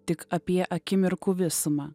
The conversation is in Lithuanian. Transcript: tik apie akimirkų visumą